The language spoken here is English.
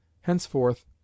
Henceforth